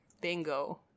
Bingo